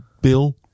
bill